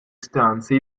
stanze